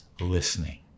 listening